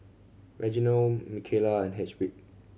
Reginal Micaela and Hedwig